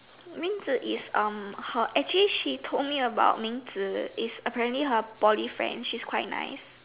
Ming-Zi is um her actually she told me about Ming-Zi is apparently her Poly friend she's quite nice